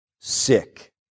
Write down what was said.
sick